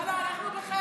לא, לא, אנחנו בחרם.